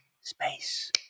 space